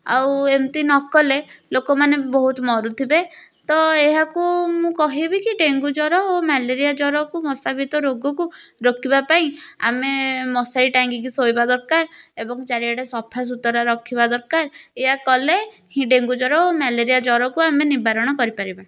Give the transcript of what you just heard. ଆଉ ଏମତି ନକଲେ ଲୋକମାନେ ବହୁତ ମରୁଥିବେ ତ ଏହାକୁ ମୁଁ କହିବିକି ଡେଙ୍ଗୁ ଜ୍ଵର ଓ ମ୍ୟାଲେରିଆ ଜ୍ଵରକୁ ମଶାବାହିତ ରୋଗକୁ ରୋକିବା ପାଇଁ ଆମେ ମଶାରୀ ଟାଙ୍ଗିକି ଶୋଇବା ଦରକାର ଏବଂ ଚରିଆଡ଼େ ସଫାସୁତୁରା ରଖିବା ଦରକାର ଏହା କଲେ ହିଁ ଡେଙ୍ଗୁ ଜ୍ଵର ଓ ମ୍ୟାଲେରିଆ ଜ୍ଵରକୁ ଆମେ ନିବାରଣ କରିପାରିବା